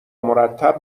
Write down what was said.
مرتب